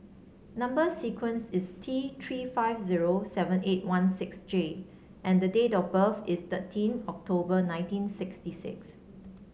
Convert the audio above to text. number sequence is T Three five zero seven eight one six J and the date of birth is thirteen October nineteen sixty six